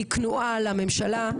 היא כנועה לממשלה,